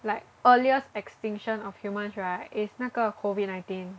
like earliest extinction of humans right is 那个 COVID nineteen